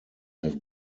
have